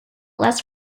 less